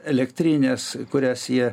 elektrinės kurias jie